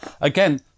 again